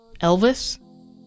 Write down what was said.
Elvis